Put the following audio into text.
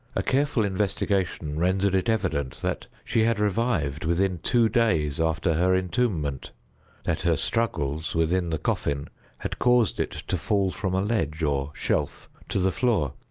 a careful investigation rendered it evident that she had revived within two days after her entombment that her struggles within the coffin had caused it to fall from a ledge, or shelf to the floor,